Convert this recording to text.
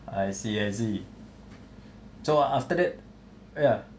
I see I see so after that ya